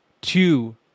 two